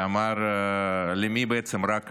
שאמר: למי בעצם רע כאן?